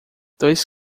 dois